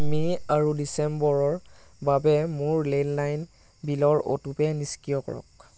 মে' আৰু ডিচেম্বৰৰ বাবে মোৰ লেণ্ডলাইন বিলৰ অটোপে' নিষ্ক্ৰিয় কৰক